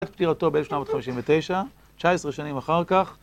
עד פטירתו ב-1759, 19 שנים אחר כך.